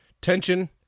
tension